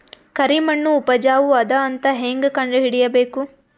ಕರಿಮಣ್ಣು ಉಪಜಾವು ಅದ ಅಂತ ಹೇಂಗ ಕಂಡುಹಿಡಿಬೇಕು?